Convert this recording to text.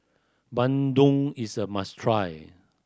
bandung is a must try